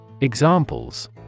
Examples